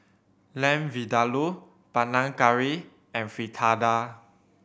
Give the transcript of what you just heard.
Lamb Vindaloo Panang Curry and Fritada